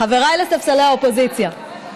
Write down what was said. חבריי לספסלי האופוזיציה,